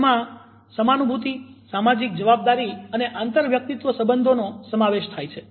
તેમાં સમાનુભુતિ સામાજિક જવાબદારી અને આંતરવ્યક્તિત્વ સબંધોનો સમાવેશ થાય છે